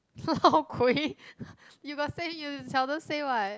lao kui you got say you seldom say what